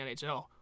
NHL